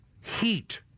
heat